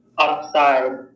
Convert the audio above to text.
outside